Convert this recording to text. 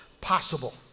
possible